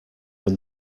from